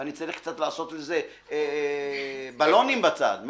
אבל אני צריך קצת לעשות לזה בלונים בצד...